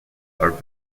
are